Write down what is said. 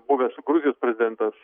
buvęs gruzijos prezidentas